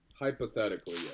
Hypothetically